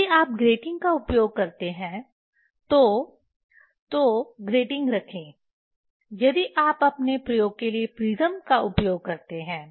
यदि आप ग्रेटिंग का उपयोग करते हैं तो तो ग्रेटिंग रखें यदि आप अपने प्रयोग के लिए प्रिज्म का उपयोग करते हैं